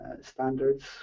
standards